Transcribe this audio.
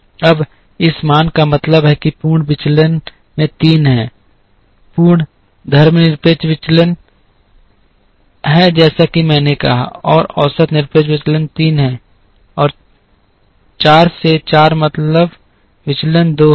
अब इस मान का मतलब है कि पूर्ण विचलन में 3 है तीन पूर्ण निरपेक्ष विचलन है जैसा कि मैंने कहा और औसत निरपेक्ष विचलन 3 है 4 से 4 मतलब विचलन 2 है